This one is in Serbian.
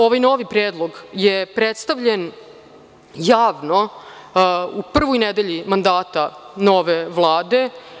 Ovaj novi predlog je predstavljen javno u prvoj nedelji mandata nove Vlade.